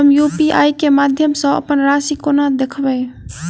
हम यु.पी.आई केँ माध्यम सँ अप्पन राशि कोना देखबै?